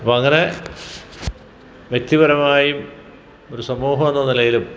അപ്പോള് അങ്ങനെ വ്യക്തിപരമായും ഒരു സമൂഹം എന്ന നിലയിലും